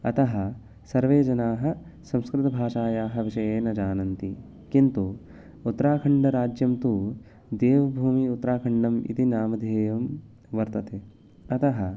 अतः सर्वे जनाः संस्कृतभाषायाः विषये न जानन्ति किन्तु उत्तराखण्डराज्यं तु देवभूमिः उत्तराखण्डम् इति नामधेयं वर्तते अतः